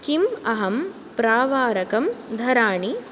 किम् अहं प्रावारकं धराणि